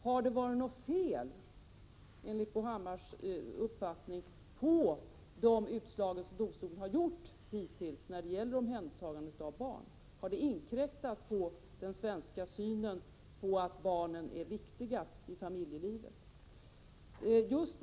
Har det enligt Bo Hammars uppfattning varit något fel på domstolens hittillsvarande utslag när det gäller omhändertagande av barn? Har de inkräktat på den svenska synen på att barnen är viktiga i familjelivet?